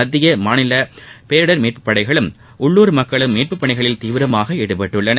மத்திய மாநில பேரிடர் மீட்பு படைகளும் உள்ளுர் மக்களும் மீட்புப் பணிகளில் தீவிரமாக ஈடுபட்டுள்ளார்கள்